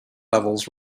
levels